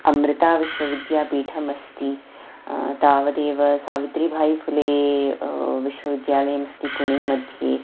अमृतविश्वविद्यापीठम् अस्ति तावदेव सावित्रिभायि फ़ुले विश्वविद्यालयमस्ति पुने मध्ये